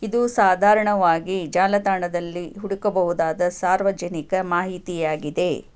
ಇದು ಸಾಧಾರಣವಾಗಿ ಜಾಲತಾಣದಲ್ಲಿ ಹುಡುಕಬಹುದಾದ ಸಾರ್ವಜನಿಕ ಮಾಹಿತಿಯಾಗಿದೆ